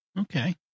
Okay